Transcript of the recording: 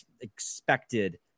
expected